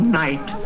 night